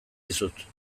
dizut